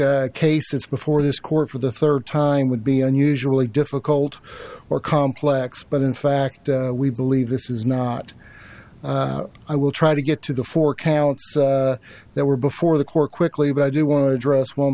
think cases before this court for the third time would be unusually difficult or complex but in fact we believe this is not i will try to get to the four counts that were before the court quickly but i do want to address one